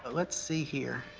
let's see here.